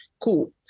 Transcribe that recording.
cool